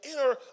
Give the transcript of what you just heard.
inner